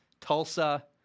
Tulsa